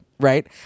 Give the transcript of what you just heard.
right